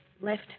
left